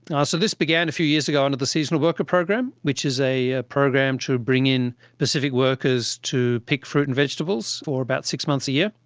and so this began a few years ago under the seasonal worker program which is a a program to bring in pacific workers to pick fruit and vegetables for about six months a year,